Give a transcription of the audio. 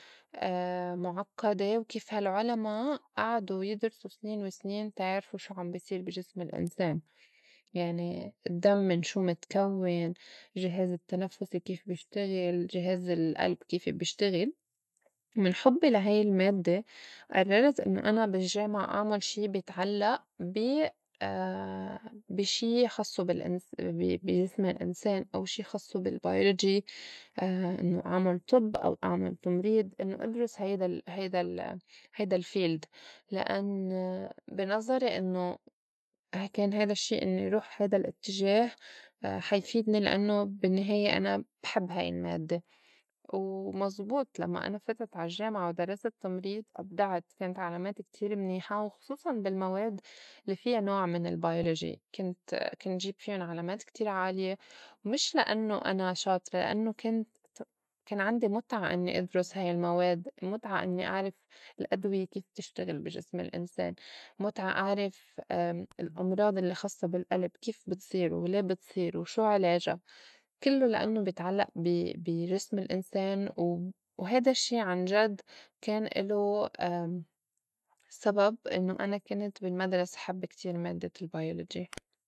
مُعقّدة وكيف هالعُلما أعدو يدرسه سنين وسنين تا يعرفوا شو عم بي صير بي جسم الإنسان يعني الدّم من شو متكوّن، جهاز التنفُّسي كيف بيشتغل، جهاز القلب كيف بيشتغل، من حُبّي لا هاي المادّة قرّرت إنّو أنا بالجّامعة أعمُل شي بيتعلّق بي بي شي خصّه بالأنس- بي- بي جسم الإنسان أو شي خصّه بالبيولوجي إنّو أعمل طب أو أعمل تمريض إنّو ادرس هيدا- ال- هيدا- ال- هيدا ال field لأن بي نظري إنّو كان هيدا الشّي إنّي روح هيدا الاتجاه حا يفيدني لإنّو بالنّهاية أنا بحب هاي المادّة. ومزبوط لمّا أنا فتت عالجّامعة ودرست تمريض أبدعت كانت علامات كتير منيحة وخصوصاً بالمواد لي فيا نوع من البيولوجي كنت- كنت جيب فيون علامات كتير عالية مش لإنّو أنا شاطرة لإنّو كنت كان عندي مُتعة إنّي أدرُس هاي المواد، المُتعة إنّي أعرف الأدوية كيف بتشتغل بي جسم الإنسان، مُتعة أعرف الأمراض الّي خصّا بالقلب كيف بتصير؟ ولي بتصير؟ وشو عِلاجا؟ كِلّو لإنّو بيتعلّق بي- بي جسم الأنسان و هيدا الشّي عنجد كان إلو سبب إنّو أنا كنت بالمدرسة حب كتير مادّة البيولوجي.